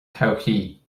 todhchaí